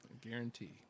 guarantee